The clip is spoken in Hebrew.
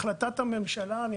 החלטת הממשלה דיברה על פח״ע.